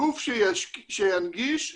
גוף שינגיש א.